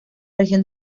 región